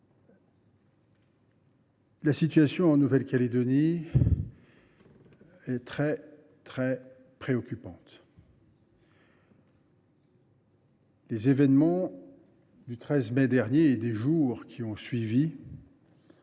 la situation en Nouvelle Calédonie est extrêmement préoccupante. Les événements survenus le 13 mai dernier et les jours qui ont suivi